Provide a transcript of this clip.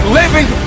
living